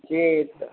जी